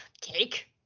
Cake